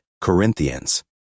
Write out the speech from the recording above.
Corinthians